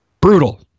Brutal